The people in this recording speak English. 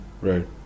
right